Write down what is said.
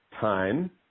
time